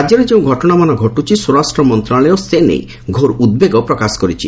ରାଜ୍ୟରେ ଯେଉଁ ଘଟଣାମାନ ଘଟୁଛି ସ୍ୱରାଷ୍ଟ୍ର ମନ୍ତ୍ରଣାଳୟ ସେ ନେଇ ଘୋର ଉଦ୍ବେଗ ପ୍ରକାଶ କରିଛି